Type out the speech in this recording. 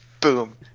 Boom